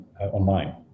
online